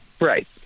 Right